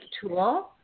tool